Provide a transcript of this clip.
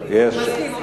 חברי חברי הכנסת,